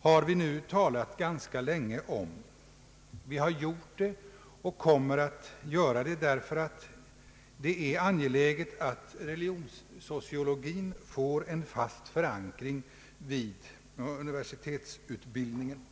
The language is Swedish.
har vi talat ganska länge om. Vi har gjort det och kommer att göra det därför att det är angeläget att religionssociologin får en fast förankring vid universitetsutbild" ningen.